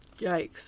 Yikes